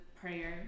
prayer